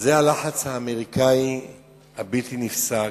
זה הלחץ האמריקני הבלתי נפסק